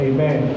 Amen